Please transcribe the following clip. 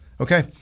Okay